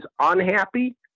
unhappy